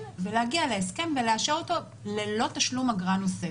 ולהגיע להסכם ולאשר אותו ללא תשלום אגרה נוספת.